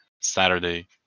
Saturday